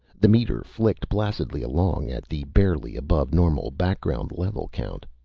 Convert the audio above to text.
the meter flicked placidly along at the barely-above-normal background level count.